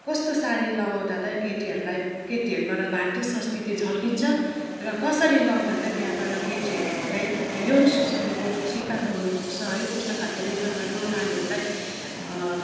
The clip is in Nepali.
कस्तो साडी लगाउँदा त केटीहरूलाई केटीहरूबाट भारतीय संस्कृति झल्किन्छ र कसरी लगाउँदा त त्यहाँबाट केटीहरू त यौन शोषणको सिकार बन्न पुग्छ है त्यस्तो खाले लेखनबाट म नारीहरूलाई